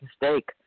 mistake